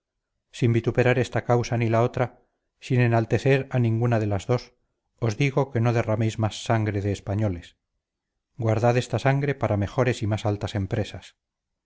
sin vituperar esta causa ni la otra sin enaltecer a ninguna de las dos os digo que no derraméis más sangre de españoles guardad esta sangre para mejores y más altas empresas